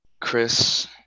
Chris